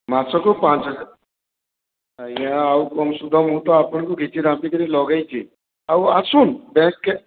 ମାସକୁ ପାଞ୍ଚ ହଜାର ଆଜ୍ଞା ଆଉ କମ୍ ଶୁଦ୍ଧ ମୁଁ ତ ଆପଣଙ୍କୁ କି ଲଗାଇଛି ଆଉ ଆସୁନ୍ ବ୍ୟାଙ୍କ କେ